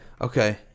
okay